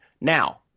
Now